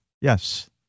Yes